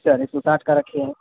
sir एक सौ साठ का रखे हैं